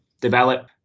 develop